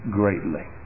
greatly